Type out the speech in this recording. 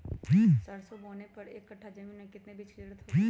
सरसो बोने के एक कट्ठा जमीन में कितने बीज की जरूरत होंगी?